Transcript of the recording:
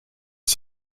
que